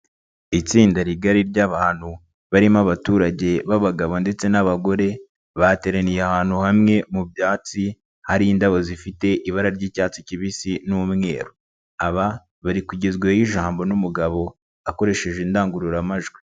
Itsinda rigari ry'abantu barimo abaturage b'abagabo ndetse n'abagore, bateraniye ahantu hamwe mu byatsi, hari indabo zifite ibara ry'icyatsi kibisi n'umweru, aba bari kugezweho ijambo n'umugabo akoresheje indangururamajwi.